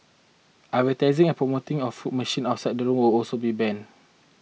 advertising and promotion of fruit machines outside the rooms also be banned